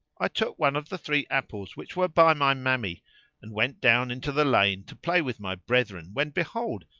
i took one of the three apples which were by my mammy and went down into the lane to play with my brethren when behold,